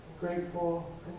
grateful